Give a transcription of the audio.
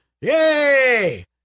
Yay